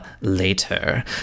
later